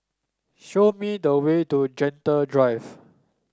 show me the way to Gentle Drive